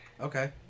Okay